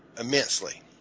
immensely